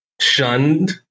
shunned